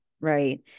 right